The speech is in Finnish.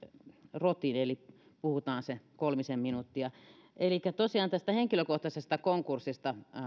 rotin eli puhutaan se kolmisen minuuttia elikkä tosiaan tästä henkilökohtaisesta konkurssista